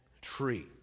tree